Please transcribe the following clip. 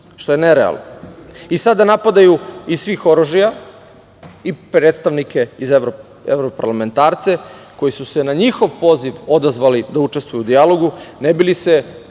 što je nerealno. Sada napadaju iz svih oružja i predstavnike, evroparlamentarce koji su se na njihov poziv odazvali da učestvuju u dijalogu ne bi li se